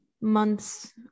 months